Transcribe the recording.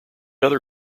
other